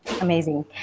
Amazing